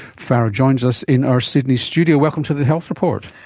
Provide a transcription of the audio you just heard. farah joins us in our sydney studio. welcome to the health report.